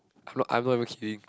I'm not I'm not even kidding